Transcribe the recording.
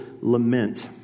lament